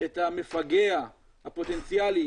את המפגע הפוטנציאלי